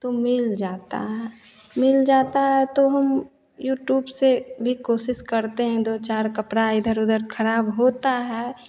तो मिल जाता है मिल जाता है तो हम यूट्यूब से भी कोशिश करते हैं दो चार कपड़ा इधर उधर खराब होता है